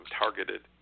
targeted